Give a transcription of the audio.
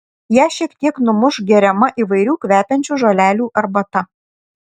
ją šiek tiek numuš geriama įvairių kvepiančių žolelių arbata